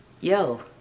yo